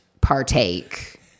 partake